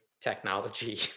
technology